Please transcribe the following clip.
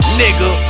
nigga